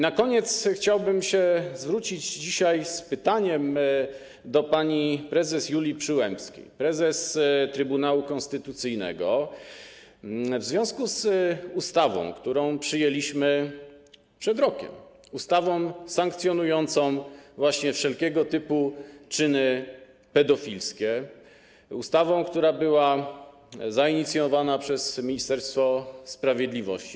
Na koniec chciałbym się zwrócić z pytaniem do pani prezes Julii Przyłębskiej, prezes Trybunału Konstytucyjnego, w związku z ustawą, którą przyjęliśmy przed rokiem, ustawą sankcjonującą wszelkiego typu czyny pedofilskie, ustawą, która była zainicjowana przez Ministerstwo Sprawiedliwości.